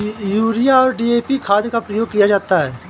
urea और DAP खाद का प्रयोग किया जाता है